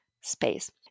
space